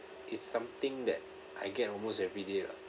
it's something that I get almost everyday lah